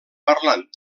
parlant